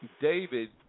David